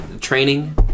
training